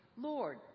Lord